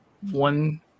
one